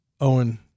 Owen